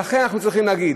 ולכן, אנחנו צריכים להגיד: